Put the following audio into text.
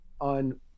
on